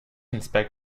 inspect